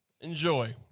enjoy